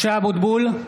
(קורא בשמות חברי הכנסת) משה אבוטבול,